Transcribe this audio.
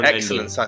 Excellent